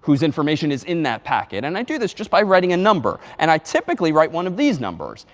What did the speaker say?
whose information is in that packet. and i do this just by writing a number. and i typically write one of these numbers.